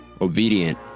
obedient